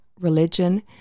religion